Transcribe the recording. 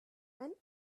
and